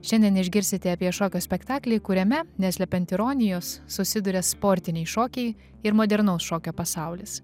šiandien išgirsite apie šokio spektaklį kuriame neslepiant ironijos susiduria sportiniai šokiai ir modernaus šokio pasaulis